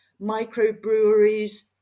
microbreweries